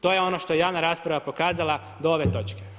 To je ono što je javna rasprava pokazala do ove točke.